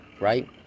right